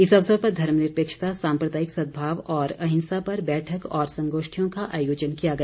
इस अवसर पर धर्मनिरपेक्षता साम्प्रदायिक सद्भाव और अहिंसा पर बैठक और संगोष्ठियों का आयोजन किया गया